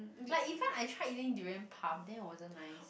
like even I tried using durian puff then it wasn't nice